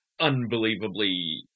unbelievably